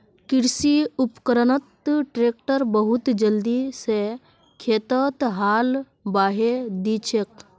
कृषि उपकरणत ट्रैक्टर बहुत जल्दी स खेतत हाल बहें दिछेक